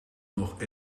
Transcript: nog